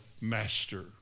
master